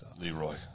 Leroy